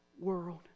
world